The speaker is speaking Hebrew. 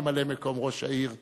ממלא-מקום ראש העיר כחלון,